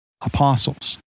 apostles